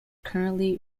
currently